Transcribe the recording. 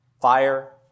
fire